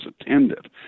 attended